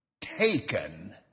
taken